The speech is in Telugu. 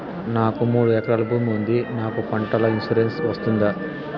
నాకు మూడు ఎకరాలు భూమి ఉంది నాకు పంటల ఇన్సూరెన్సు వస్తుందా?